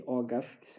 August